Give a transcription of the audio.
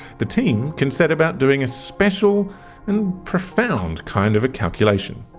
the team can set about doing a special and profound kind of a calculation.